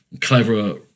clever